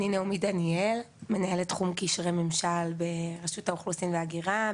אני מנהלת תחום קשרי ממשל ברשות האוכלוסין וההגירה,